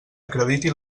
acrediti